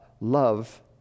love